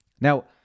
Now